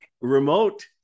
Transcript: remote